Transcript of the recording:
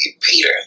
Peter